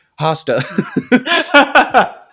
Hosta